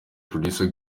producer